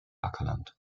ackerland